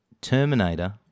Terminator